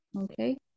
Okay